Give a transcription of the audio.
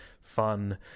fun